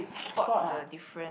spot the different